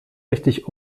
richtig